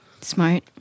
Smart